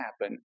happen